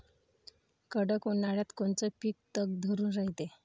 कडक उन्हाळ्यात कोनचं पिकं तग धरून रायते?